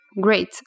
great